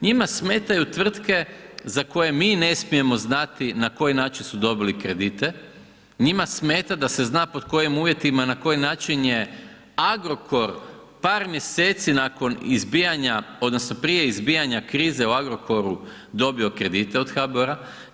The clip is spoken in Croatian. Njima smetaju tvrtke za koje mi ne smijemo znati na koji način su dobili kredite, njima smeta da se zna pod kojim uvjetima, na koji načinje Agrokor par mjeseci nakon izbijanja, odnosno prije izbijanja krize u Agrokoru dobio kredite od HBOR-a.